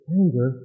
anger